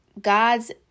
God's